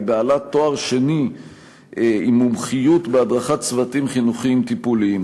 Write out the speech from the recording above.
בעלת תואר שני עם מומחיות בהדרכת צוותים חינוכיים טיפוליים.